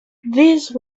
these